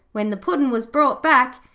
when the puddin' was brought back.